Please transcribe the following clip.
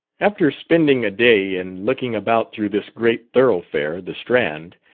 after spending a day in looking about through this great thoroughfare, the strand,